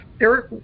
Eric